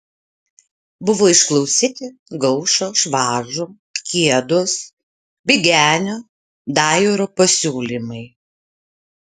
buvo išklausyti gaušo švažo kiedos bigenio dajoro pasiūlymai